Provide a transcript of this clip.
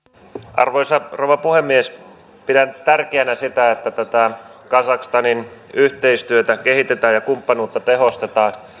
arvoisa rouva puhemies pidän tärkeänä sitä että tätä kazakstanin yhteistyötä kehitetään ja kumppanuutta tehostetaan